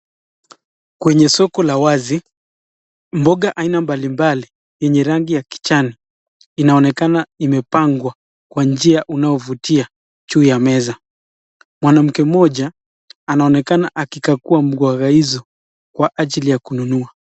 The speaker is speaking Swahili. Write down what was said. Kwenye soko la wazi. Mboga aina mbalimbali yenye rangi ya kijani inaonekana imepangwa kwa njia unaofutia juu ya meza. Mwanamke mmoja anaonekana akikakua mboga hizo kwa ajili ya kuinua.